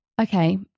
Okay